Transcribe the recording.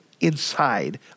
inside